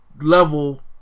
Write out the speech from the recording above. level